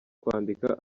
kwandika